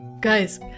Guys